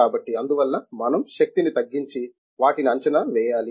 కాబట్టి అందువల్ల మనం శక్తిని తగ్గించి వాటి ని అంచనా వేయాలి